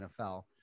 NFL